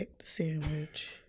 sandwich